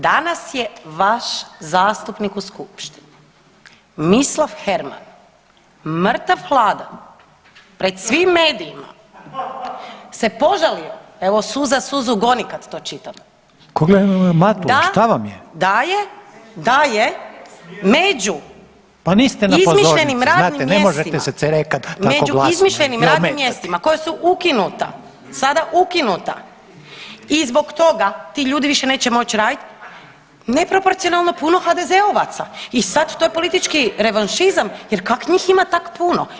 Danas je vaš zastupnik u skupštini Mislav Herman mrtav hladan, pred svim medijima se požalio, evo suza suzu goni kad to čitam [[Upadica: Koga gledamo Matulu, šta vam je?]] da da je, da je među [[Upadica: Pa niste na pozornici, znate ne možete se cerekati tako glasno i ometati.]] izmišljenim radnim mjestima, među izmišljenim radnim mjestima koja su ukinuta, sada ukinuta i zbog toga ti ljudi više neće moći raditi neproporcionalno puno HDZ-ovaca i sad to je politički revanšizam jer kak njih ima tak puno?